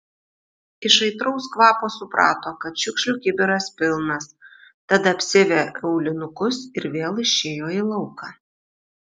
iš aitraus kvapo suprato kad šiukšlių kibiras pilnas tad apsiavė aulinukus ir vėl išėjo į lauką